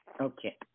Okay